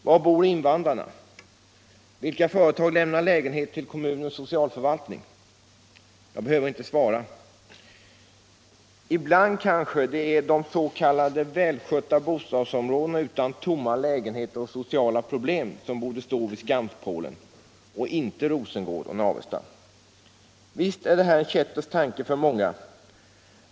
Var bor invandrarna? Vilka företag lämnar lägenheter till kommunens socialförvaltning? Jag behöver inte svara. Ibland kanske det är de s.k. välskötta bostadsområdena utan tomma lägenheter och sociala problem som borde stå vid skampålen, inte Rosengård och Navestad. Visst är detta en kättersk tanke för många.